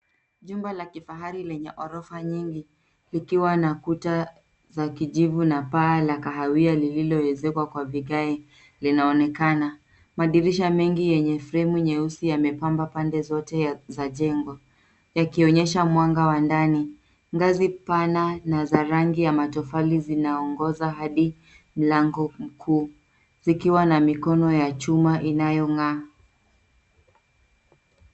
Jumba la kifahari lenye ghorofa nyingi likiwa na kuta za kijivu na paa la kahawia lililoezekwa kwa vigae linaonekana. Madirisha mengi yenye fremu nyeusi yamepamba pande zote za jengo, yakionyesha mwanga wa ndani. Ngazi pana na za rangi ya matofali zinaongoza hadi mlango mkuu, zikiwa na mikono ya chuma inayong'aa.